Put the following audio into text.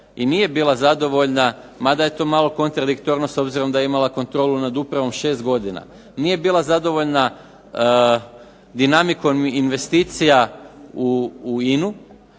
i nije bila zadovoljna, mada je to malo kontradiktorno s obzirom da je imala kontrolu nad upravom 6 godina, nije bila zadovoljna dinamikom investicija u INU,